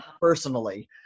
personally